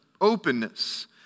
openness